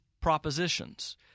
propositions